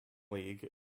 league